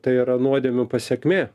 tai yra nuodėmių pasekmė